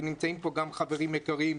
ונמצאים פה גם חברים יקרים,